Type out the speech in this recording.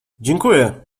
dziękuję